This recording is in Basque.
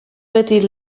beti